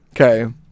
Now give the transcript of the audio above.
Okay